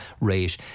rate